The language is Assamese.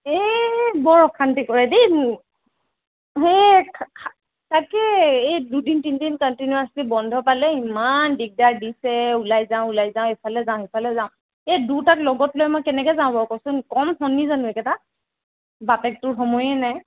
এই বৰ অশান্তি কৰে দেই মোক হেই তাকেই এই দুদিন তিনিদিন কণ্টিনিউৱাছলী বন্ধ পালে ইমান দিগদাৰ দিছে ওলাই যাওঁ ওলাই যাওঁ ইফালে যাওঁ সিফালে যাওঁ এই দুইটাক লগত লৈ মই কেনেকৈ যাওঁ বাৰু ক'চোন কম শনি জানো এইকেইটা বাপেকটোৰ সময়ে নাই